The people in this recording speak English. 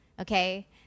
okay